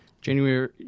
January